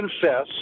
confess